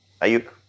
Ayuk